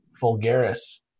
Vulgaris